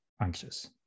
anxious